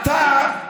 אתה בושה.